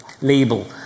label